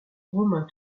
romain